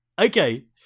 okay